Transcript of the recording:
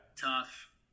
Tough